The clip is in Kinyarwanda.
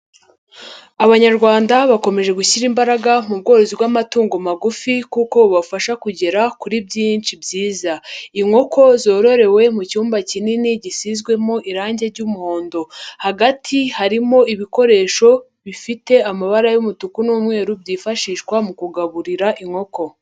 Abanyarwanda bakomeje gushyira imbaraga mu bworozi bw'amatungo magufi kuko bubafasha kugera kuri byinshi byiza. Inkoko zororewe mu cyumba kinini gisizwemo irangi ry'umuhondo. Hagati harimo ibikoresho bifite amabara y'umutuku n'umweru byifashishwa mu kugaburira inkoko.